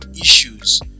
issues